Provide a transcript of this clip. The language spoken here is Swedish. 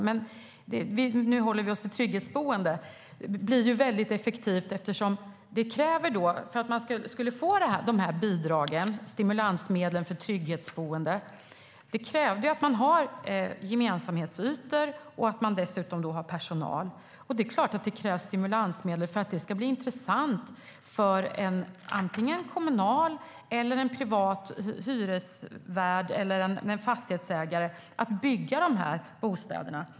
Men nu håller vi oss till trygghetsboenden. Då blir det väldigt effektivt. För att man skulle kunna få de här bidragen, stimulansmedlen, för trygghetsboende krävdes det att man skulle ha gemensamhetsytor och dessutom personal. Det är klart att det krävs stimulansmedel för att det ska bli intressant för en kommunal eller privat hyresvärd eller fastighetsägare att bygga de här bostäderna.